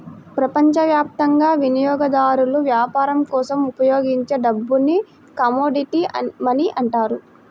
ప్రపంచవ్యాప్తంగా వినియోగదారులు వ్యాపారం కోసం ఉపయోగించే డబ్బుని కమోడిటీ మనీ అంటారు